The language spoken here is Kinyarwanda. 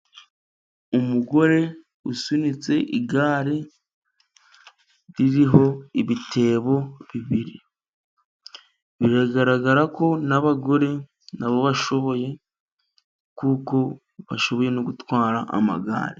Umugore usunitse igare ririho ibitebo bibiri, biragaragara ko n'abagore nabo bashoboye, kuko bashoboye no gutwara amagare.